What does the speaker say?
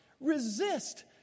resist